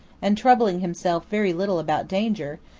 and troubling himself very little about danger,